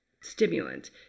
stimulant